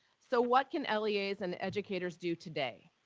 so, what can leas and educators do today?